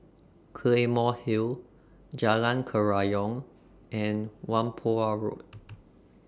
Claymore Hill Jalan Kerayong and Whampoa Road